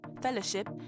fellowship